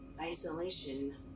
isolation